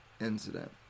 incident